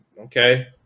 okay